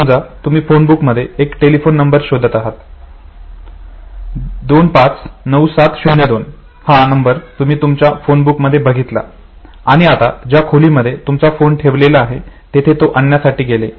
समजा तुम्ही phone book मध्ये एक टेलीफोन नंबर शोधत आहात 259702 हा नंबर तुम्ही तुमच्या फोन बुक मध्ये बघितला आणि आता ज्या खोलीमध्ये तुमचा फोन ठेवलेला आहे तेथे तो आणण्यासाठी गेले